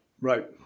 Right